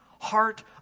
heart